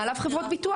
מעליו חברות ביטוח.